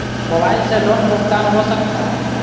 Mobile से loan भुगतान हो सकता है?